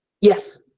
yes